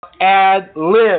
ad-lib